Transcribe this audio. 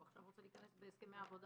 עכשיו הוא רוצה להיכנס גם בהסכמי עבודה.